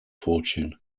fortune